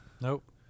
Nope